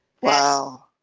Wow